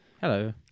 Hello